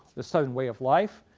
the southern way of life.